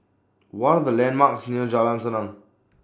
What Are The landmarks near Jalan Senang